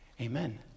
Amen